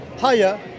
higher